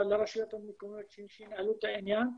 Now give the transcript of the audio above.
לרשויות המקומיות שהם ינהלו את העניין.